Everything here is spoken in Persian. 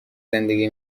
زندگی